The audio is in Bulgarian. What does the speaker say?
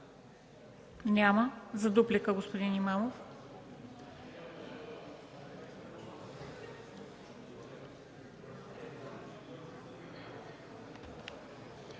Няма. За дуплика – господин Имамов.